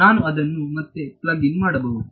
ನಾನು ಅದನ್ನು ಮತ್ತೆ ಪ್ಲಗ್ ಇನ್ ಮಾಡಬಹುದು